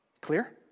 Clear